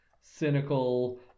cynical